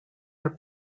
are